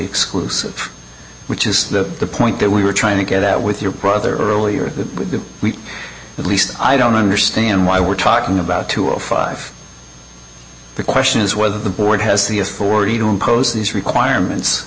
exclusive which is that the point that we were trying to get out with your brother earlier in the week at least i don't understand why we're talking about two or five the question is whether the board has the authority to impose these requirements